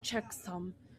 checksum